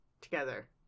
Together